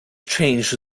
changed